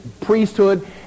priesthood